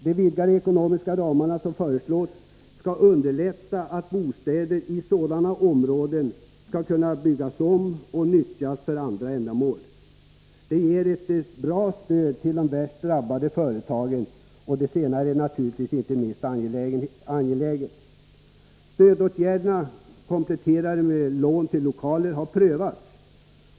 De vidgade ekonomiska ramarna som föreslås skall underlätta att bostäder i sådana områden skall kunna byggas om och nyttjas för andra ändamål. Det ger ett bra stöd till de värst drabbade företagen. Det senare är naturligtvis inte minst angeläget. Stödåtgärderna— kompletterade med lån till lokaler — har prövats.